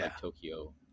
Tokyo